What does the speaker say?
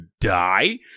die